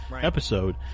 episode